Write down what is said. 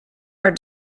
are